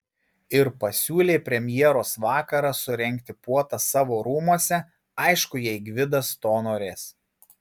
ir pasiūlė premjeros vakarą surengti puotą savo rūmuose aišku jei gvidas to norės